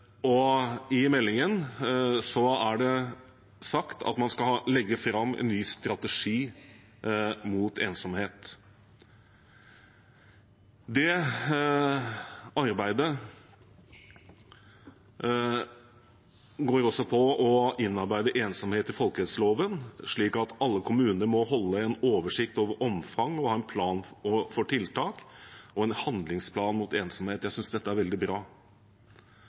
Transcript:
ensomhet. I meldingen er det sagt at man skal legge fram en ny strategi mot ensomhet. Det arbeidet går også på å innarbeide ensomhet i folkehelseloven, slik at alle kommuner må holde en oversikt over omfang og ha en plan for tiltak og en handlingsplan mot ensomhet. Jeg syns dette er veldig bra.